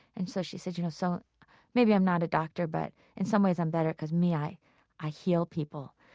and so she said, you know so maybe i'm not a doctor, but in some ways i'm better because, me, i i heal people.